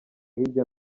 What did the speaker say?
hirya